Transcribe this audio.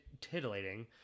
titillating